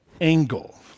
angle